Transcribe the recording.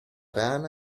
rana